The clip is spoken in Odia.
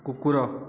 କୁକୁର